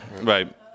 right